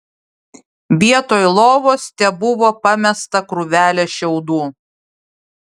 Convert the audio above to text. vietoj lovos tebuvo pamesta krūvelė šiaudų